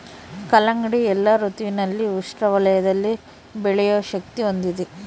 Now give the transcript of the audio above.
ಕಲ್ಲಂಗಡಿ ಎಲ್ಲಾ ಋತುವಿನಲ್ಲಿ ಉಷ್ಣ ವಲಯದಲ್ಲಿ ಬೆಳೆಯೋ ಶಕ್ತಿ ಹೊಂದಿದೆ